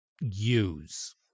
use